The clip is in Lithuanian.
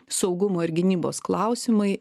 saugumo ir gynybos klausimai